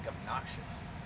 obnoxious